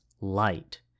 light